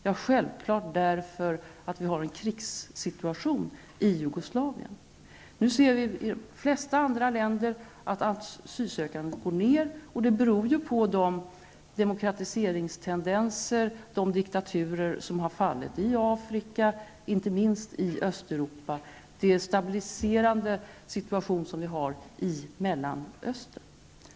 Ja, självklart beror det på nuvarande krigssituation i Jugoslavien. I fråga om de flesta andra länder minskar antalet asylsökande. Det beror på demokratiseringstendenser, på att diktaturer har fallit i Afrika och, inte minst, i Östeuropa samt på den stabilisering som noteras i Mellanöstern.